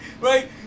right